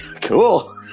cool